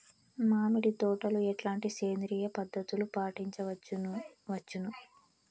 మామిడి తోటలో ఎట్లాంటి సేంద్రియ పద్ధతులు పాటించవచ్చును వచ్చును?